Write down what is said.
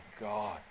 God